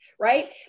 right